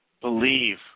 believe